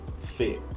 fit